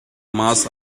mass